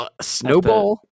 Snowball